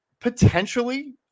Potentially